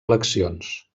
eleccions